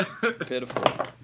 pitiful